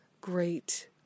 Great